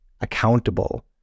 accountable